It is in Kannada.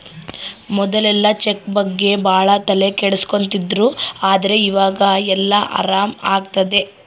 ಮೊದ್ಲೆಲ್ಲ ಚೆಕ್ ಬಗ್ಗೆ ಭಾಳ ತಲೆ ಕೆಡ್ಸ್ಕೊತಿದ್ರು ಆದ್ರೆ ಈವಾಗ ಎಲ್ಲ ಆರಾಮ್ ಆಗ್ತದೆ